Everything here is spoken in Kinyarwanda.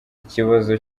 ikibazo